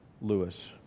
Lewis